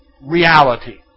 Reality